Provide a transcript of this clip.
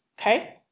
Okay